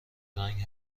رنگ